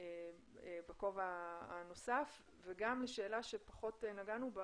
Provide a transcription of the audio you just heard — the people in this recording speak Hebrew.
בכובע הנוסף וגם השאלה שפחות נגענו בה